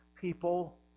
people